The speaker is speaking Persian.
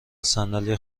صندلی